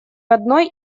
одной